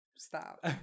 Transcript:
stop